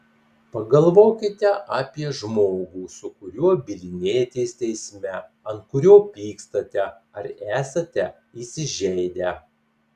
pagalvokite apie žmogų su kuriuo bylinėjatės teisme ant kurio pykstate ar esate įsižeidę